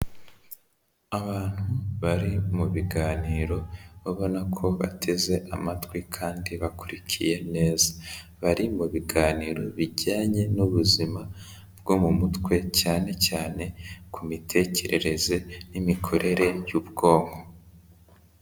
Abantu bari mu biganiro urabona ko bateze amatwi kandi bakurikiye neza bari mu biganiro bijyanye n'ubuzima bwo mu mutwe cyane cyane ku mitekerereze n'imikorere y'ubwonko.